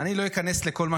אני לא איכנס לכול,